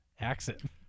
accent